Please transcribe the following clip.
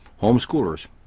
homeschoolers